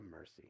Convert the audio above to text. mercy